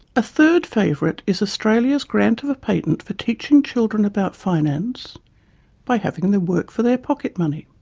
a third favourite is australia's grant of a patent for teaching children about finance by having them work for their pocket money.